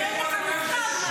אז אין לך מושג מה זה.